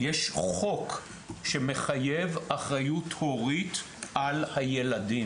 יש חוק שמחייב אחריות הורית על הילדים.